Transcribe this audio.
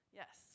yes